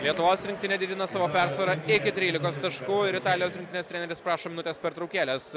lietuvos rinktinė didina savo persvarą iki trylikos taškų ir italijos rinktinės treneris prašo minutės pertraukėlės